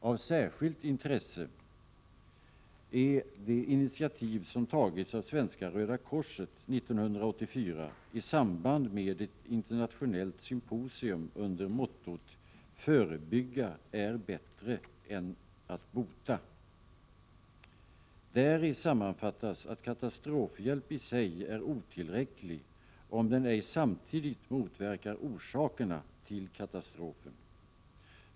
Av särskilt intresse är det initiativ som tagits av Svenska röda korset 1984 i samband med ett internationellt symposium under mottot ”förebygga är bättre än att bota”. Däri sammanfattas att katastrofhjälp i sig är otillräcklig om den ej samtidigt motverkar orsakerna till katastrofen.